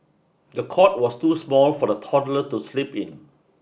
the cot was too small for the toddler to sleep in